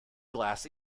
glass